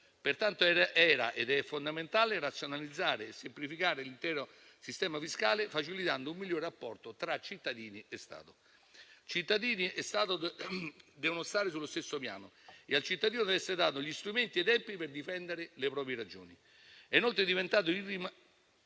Pertanto era ed è fondamentale razionalizzare e semplificare l'intero sistema fiscale, facilitando un migliore rapporto tra cittadini e Stato. Cittadini e Stato devono stare sullo stesso piano e al cittadino devono essere dati gli strumenti e i tempi per difendere le proprie ragioni. È inoltre diventato irrimandabile